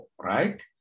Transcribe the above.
right